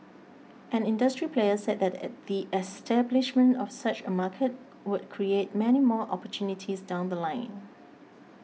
an industry player said that a the establishment of such a market would create many more opportunities down The Line